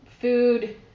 food